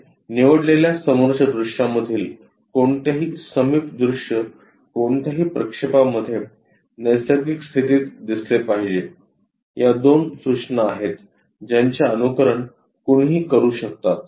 आणि निवडलेल्या समोरच्या दृश्यामधील कोणतेही समीप दृश्य कोणत्याही प्रक्षेपामध्ये नैसर्गिक स्थितीत दिसले पाहिजेत या दोन सूचना आहेत ज्यांचे अनुकरण कुणीही करू शकतात